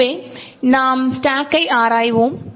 எனவே நாம் ஸ்டாக்கை ஆராய்வோம்